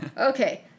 Okay